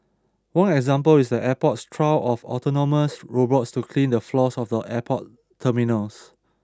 one example is the airport's trial of autonomous robots to clean the floors of the airport terminals